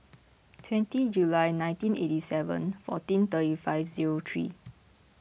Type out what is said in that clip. twenty July nineteen eighty seven fourteen thirty five zero three